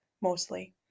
mostly